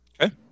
Okay